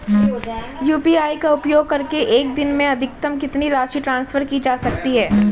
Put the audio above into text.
UPI का उपयोग करके एक दिन में अधिकतम कितनी राशि ट्रांसफर की जा सकती है?